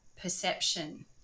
perception